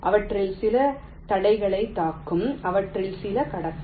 அவற்றில் சில தடைகளைத் தாக்கும் அவற்றில் சில கடக்கும்